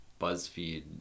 BuzzFeed